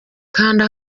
kanda